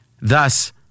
Thus